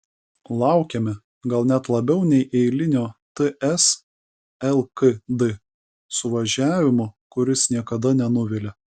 laukėme gal net labiau nei eilinio ts lkd suvažiavimo kuris niekada nenuvilia